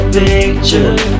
picture